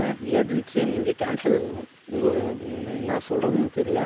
எனக்கு ஏஜென்சி நீங்கள் கேன்சல் உங்கள் என்ன சொல்கிறதுன்னு தெரியல